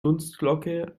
dunstglocke